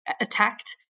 attacked